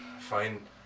Fine